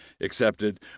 accepted